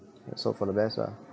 let's hope for the best lah